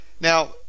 Now